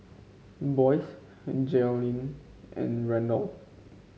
Boyce Jalyn and Randolf